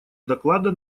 доклада